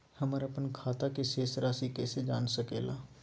हमर अपन खाता के शेष रासि कैसे जान सके ला?